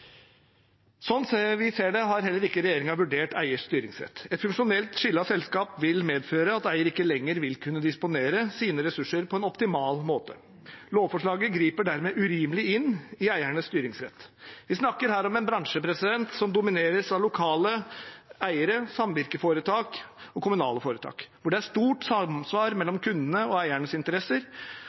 Sånn vi ser det, har regjeringen heller ikke vurdert eiers styringsrett. Et funksjonelt skille av selskap vil medføre at eier ikke lenger vil kunne disponere sine ressurser på en optimal måte. Lovforslaget griper dermed urimelig inn i eiernes styringsrett. Vi snakker her om en bransje som domineres av lokale eiere, samvirkeforetak og kommunale foretak, hvor det er stort samsvar mellom kundenes og eiernes interesser